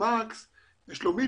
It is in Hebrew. מקס ושלומית,